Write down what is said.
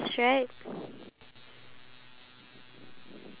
okay lah then me also ah play safe ah